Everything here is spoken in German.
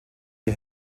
die